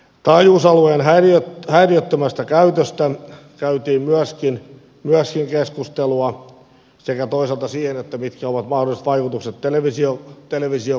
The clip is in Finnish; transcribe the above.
taajuusalueen häiriöttömästä käytöstä käytiin myöskin keskustelua sekä toisaalta siitä mitkä ovat mahdolliset vaikutukset televisiokuvaan